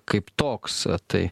kaip toks tai